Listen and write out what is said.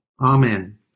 Amen